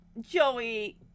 Joey-